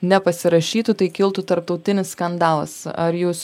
nepasirašytų tai kiltų tarptautinis skandalas ar jūs